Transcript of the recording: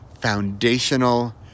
foundational